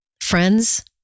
Friends